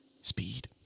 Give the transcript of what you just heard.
Speed